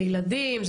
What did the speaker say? זה ילדים,